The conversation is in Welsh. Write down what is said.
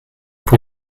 pwy